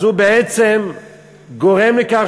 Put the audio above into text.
הוא בעצם גורם לכך